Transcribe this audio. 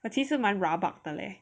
其实蛮 rabak 的嘞